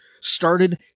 started